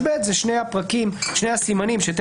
לאחר ששקל בין היתר את נושא הישיבה ואת